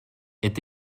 est